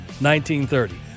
1930